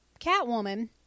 Catwoman